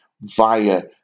via